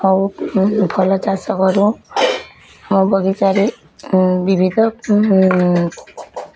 ଆଉ ଭଲ ଚାଷ କରୁ ଆମ ବଗିଚାରେ ବିଭିନ୍ନ